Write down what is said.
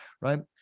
right